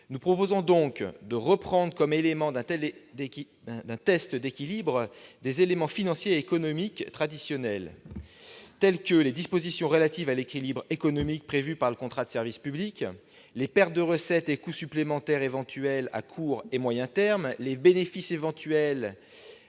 Nous proposons de retenir comme critères d'un test d'équilibre non seulement des éléments financiers et économiques traditionnels, tels que les dispositions relatives à l'équilibre économique prévues par le contrat de service public, les pertes de recettes et coûts supplémentaires éventuels à court et moyen terme, les bénéfices éventuels